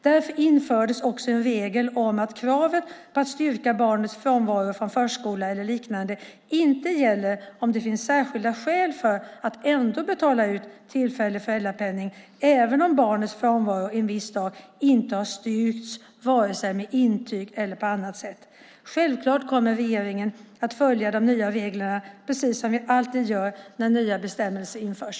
Därför infördes också en regel om att kravet på att styrka barnets frånvaro från förskola eller liknande inte gäller om det finns särskilda skäl för att ändå betala ut tillfällig föräldrapenning även om barnets frånvaro en viss dag inte har styrkts vare sig med intyg eller på annat sätt. Självklart kommer regeringen att följa de nya reglerna, precis som vi alltid gör när nya bestämmelser införs.